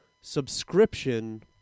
subscription